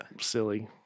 Silly